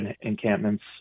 encampments